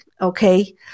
okay